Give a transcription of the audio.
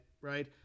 right